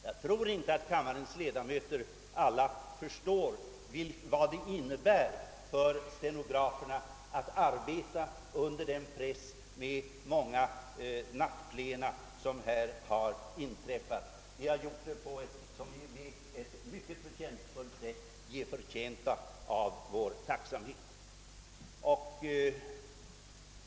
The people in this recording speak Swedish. Jag tror inte att kammarens ledamöter alla förstår vad det innebär för stenograferna att arbeta under pressen av de många nattplena, som här har hållits. De har gjort det på ett — som vi vet — mycket förtjänstfullt sätt. De är förtjänta av vår tacksamhet.